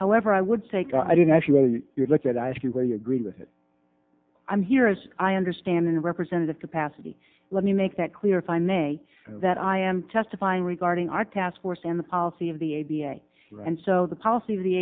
however i would say i didn't actually you look at i ask you where you agree with it i'm here as i understand in a representative capacity let me make that clear if i may that i am testifying regarding our task force and the policy of the a b a and so the policy